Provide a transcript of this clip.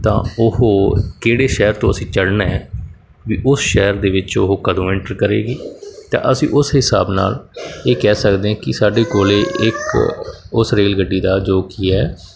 ਤਾਂ ਉਹ ਕਿਹੜੇ ਸ਼ਹਿਰ ਤੋਂ ਅਸੀਂ ਚੜ੍ਹਨਾ ਵੀ ਉਸ ਸ਼ਹਿਰ ਦੇ ਵਿੱਚ ਉਹ ਕਦੋਂ ਐਂਟਰ ਕਰੇਗੀ ਅਤੇ ਅਸੀਂ ਉਸ ਹਿਸਾਬ ਨਾਲ ਇਹ ਕਹਿ ਸਕਦੇ ਕਿ ਸਾਡੇ ਕੋਲ ਇੱਕ ਉਸ ਰੇਲ ਗੱਡੀ ਦਾ ਜੋ ਕੀ ਹੈ